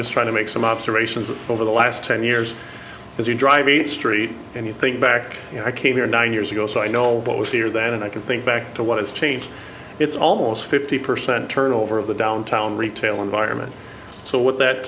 just trying to make some observations over the last ten years as you drive a street and you think back i came here nine years ago so i know what was here then and i can think back to what has changed it's almost fifty percent turnover of the downtown retail environment so what that